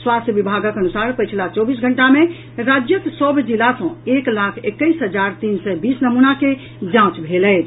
स्वास्थ्य विभागक अनुसार पछिला चौबीस घंटा मे राज्यक सभ जिला सँ एक लाख एकैस हजार तीन सय बीस नमूना के जांच भेल अछि